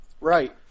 Right